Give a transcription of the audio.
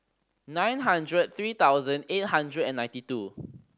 nine hundred three thousand eight hundred and ninety two